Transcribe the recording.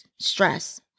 stress